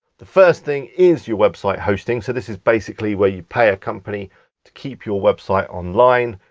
the first thing is your website hosting. so this is basically what you'd pay a company to keep your website online.